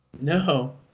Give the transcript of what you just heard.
No